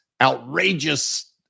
outrageous